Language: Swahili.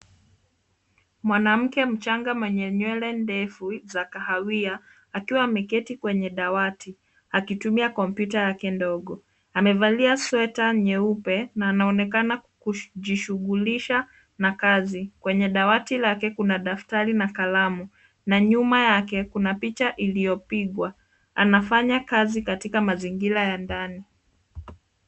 Mwanamke mchanga mwenye nywele ndefu za kahawia akiwa ameketi kwenye dawati akitumia kompyuta yake ndogo. Amevalia sweta nyeupe na anaonekana kujishughulisha kazi. Kwenye dawati lake kuna daftari na kalamu na nyuma yake kuna picha iliyopigwa. Anafanya kazi katika mazingira ya ndani.